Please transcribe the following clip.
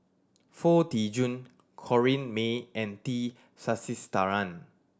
Foo Tee Jun Corrinne May and T Sasitharan